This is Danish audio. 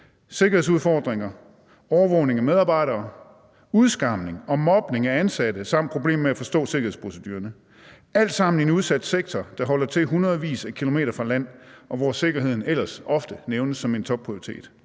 sikkerhedsudfordringer, overvågning af medarbejdere, udskamning og mobning af ansatte samt problemer med at forstå sikkerhedsprocedurerne – alt sammen i en udsat sektor, der holder til hundredvis af kilometer fra land, hvor sikkerheden ellers ofte nævnes som en topprioritet.